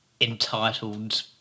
entitled